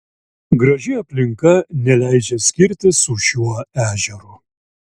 graži aplinka neleidžia skirtis su šiuo ežeru